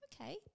Okay